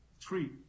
Three